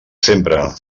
sempre